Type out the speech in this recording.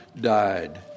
died